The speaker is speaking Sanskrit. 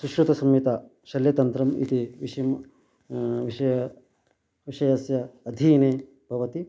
सुश्रुतसंहिता शल्यतन्त्रम् इति विषयं विषय विषयस्य अधीने भवति